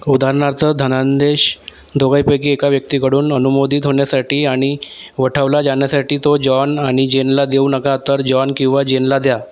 उदाहरणार्थ धनादेश दोघापैकी एका व्यक्तीकडून अनुमोदित होण्यासाठी आणि वठवला जाण्यासाठी तो जॉन आणि जेनला देऊ नका तर जॉन किंवा जेनला द्या